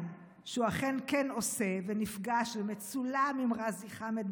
שהוא אכן כן עושה ונפגש ומצולם עם ע'אזי חאמד,